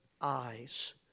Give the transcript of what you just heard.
eyes